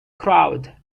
crowd